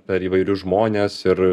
per įvairius žmones ir